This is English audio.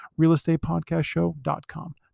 realestatepodcastshow.com